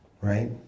right